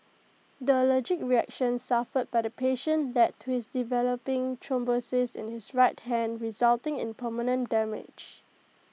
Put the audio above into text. the allergic reaction suffered by the patient led to his developing thrombosis in his right hand resulting in permanent damage